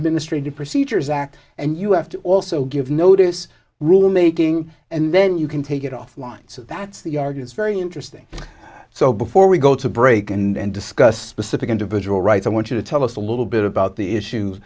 administrative procedures act and you have to also give notice rulemaking and then you can take it offline so that's the yard is very interesting so before we go to break and discuss specific individual rights i want you to tell us a little bit about the issues